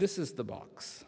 this is the box